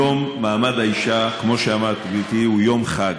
יום מעמד האישה, כמו שאמרת, גברתי, הוא יום חג.